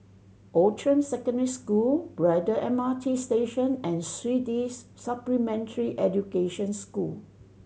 Outram Secondary School Braddell M R T Station and Swedish Supplementary Education School